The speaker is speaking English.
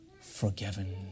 forgiven